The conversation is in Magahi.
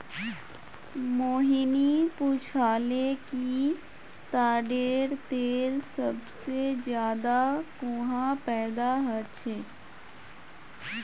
मोहिनी पूछाले कि ताडेर तेल सबसे ज्यादा कुहाँ पैदा ह छे